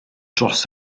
dros